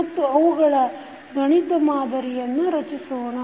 ಮತ್ತು ಅವುಗಳ ಗಣಿತ ಮಾದರಿಯನ್ನು ರಚಿಸೋಣ